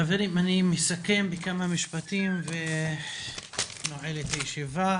חברים, אני מסכם בכמה משפטים ונועל את הישיבה.